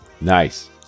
nice